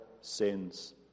sins